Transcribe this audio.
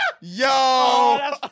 Yo